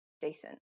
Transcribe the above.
decent